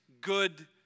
good